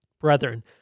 Brethren